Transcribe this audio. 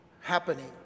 happening